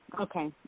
Okay